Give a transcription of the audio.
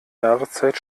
jahreszeit